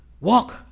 Walk